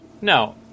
no